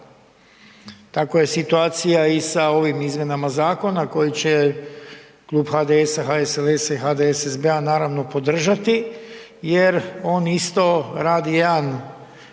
Tako je situacija i sa ovim izmjenama zakona koji će Klub HDS-a, HSLS-a i HDSSB-a naravno podržati jer on isto radi jedan